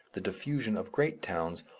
the diffusion of great towns,